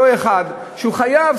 אותו אחד שהוא חייב,